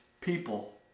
people